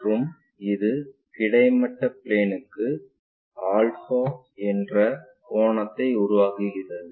மற்றும் இது கிடைமட்ட பிளேன்க்கு ஆல்பா என்ற ஒரு கோணத்தை உருவாக்குகிறது